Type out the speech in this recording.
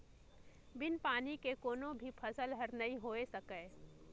बिन पानी के कोनो भी फसल हर नइ होए सकय